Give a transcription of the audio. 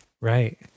Right